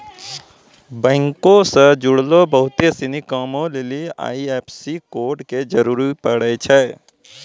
बैंको से जुड़लो बहुते सिनी कामो लेली आई.एफ.एस.सी कोड के जरूरी पड़ै छै